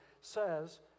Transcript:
says